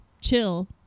chill